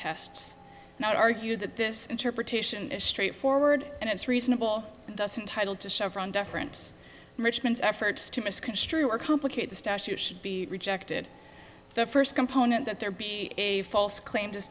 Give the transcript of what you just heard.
tests not argue that this interpretation is straightforward and it's reasonable thus entitle to chevron deference richmond's efforts to misconstrue or complicate the statute should be rejected the first component that there be a false claim to